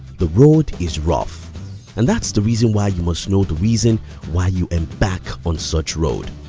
the road is rough and that's the reason why you must know the reason why you embark on such road.